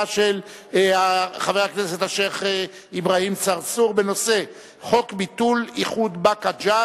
של חבר הכנסת השיח' אברהים צרצור בנושא: חוק ביטול איחוד באקה ג'ת.